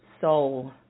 soul